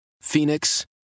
Phoenix